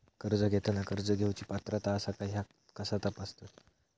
कर्ज घेताना कर्ज घेवची पात्रता आसा काय ह्या कसा तपासतात?